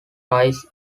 rise